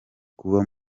kuba